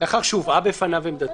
"לאחר שהובאה בפניו עמדתו".